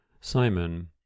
simon